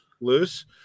Loose